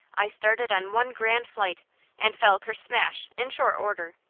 i started on one grand flight and fell ker-smash in short order.